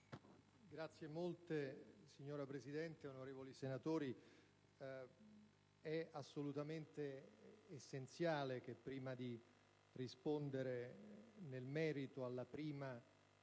affari esteri*. Signora Presidente, onorevoli senatori, è assolutamente essenziale che prima di rispondere nel merito alla prima